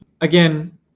again